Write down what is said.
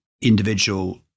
individual